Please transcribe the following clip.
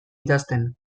idazten